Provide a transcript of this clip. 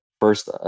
first